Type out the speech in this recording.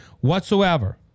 whatsoever